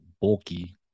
bulky